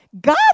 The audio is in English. God